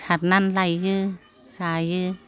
सारनानै लायो जायो